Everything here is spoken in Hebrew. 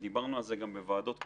דיברנו על זה גם בוועדות קודמות: